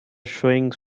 showings